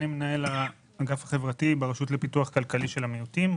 מנהל האגף החברתי ברשות לפיתוח כלכלי של המיעוטים,